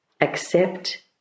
accept